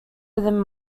within